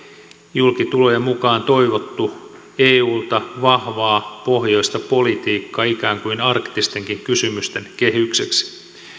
julkitulojen mukaan toivottu eulta vahvaa pohjoista politiikkaa ikään kuin arktistenkin kysymysten kehykseksi